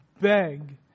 beg